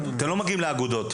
אתם לא מגיעים לאגודות.